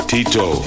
Tito